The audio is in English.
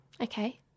Okay